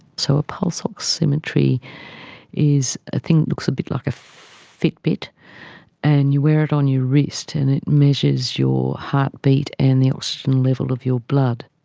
so a pulse oximetry is a thing looks a bit like a fitbit and you wear it on your wrist and it measures your heartbeat and the oxygen level of your blood.